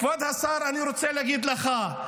כבוד השר, אני רוצה להגיד לך: